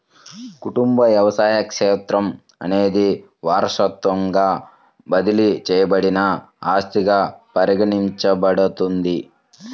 కుటుంబ వ్యవసాయ క్షేత్రం అనేది వారసత్వంగా బదిలీ చేయబడిన ఆస్తిగా పరిగణించబడుతుంది